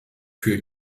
für